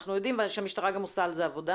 אנחנו גם יודעים שהמשטרה עושה על כך עבודה